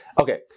Okay